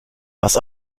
was